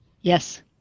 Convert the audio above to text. Yes